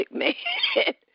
man